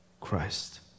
Christ